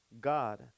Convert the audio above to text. God